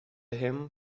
him